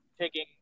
taking